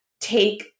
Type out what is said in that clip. take